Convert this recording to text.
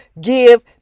give